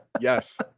yes